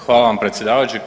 Hvala vam predsjedavajući.